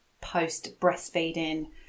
post-breastfeeding